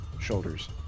shoulders